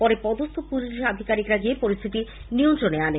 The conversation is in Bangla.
পরে পদস্ছ পুলিশ আধিকারিকরা গিয়ে পরিস্হিতি নিয়ন্ত্রণে আনে